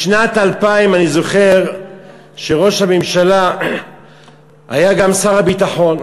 בשנת 2000 אני זוכר שראש הממשלה היה גם שר הביטחון,